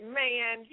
man